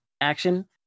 action